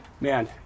man